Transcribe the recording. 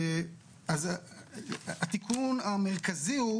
התיקון המרכזי הוא